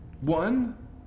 One